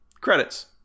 Credits